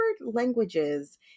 Languages